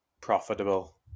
profitable